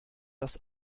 das